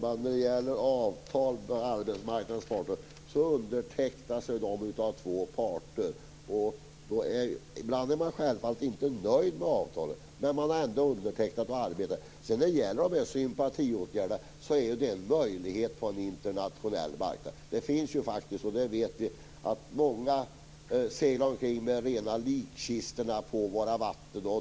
Herr talman! Avtal mellan arbetsmarknadens parter undertecknas ju av två parter. Ibland är man självfallet inte nöjd med avtalet - men man skriver under. Sympatiåtgärderna är en möjlighet som råder på en internationell marknad. Vi vet att många seglar omkring med likkistor på våra vatten.